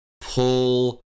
pull